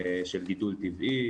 של גידול טבעי,